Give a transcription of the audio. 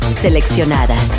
Seleccionadas